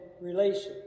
relations